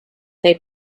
they